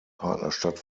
partnerstadt